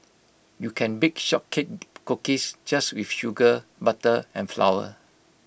you can bake short cake cookies just with sugar butter and flour